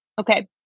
Okay